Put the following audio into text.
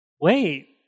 wait